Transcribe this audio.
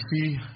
see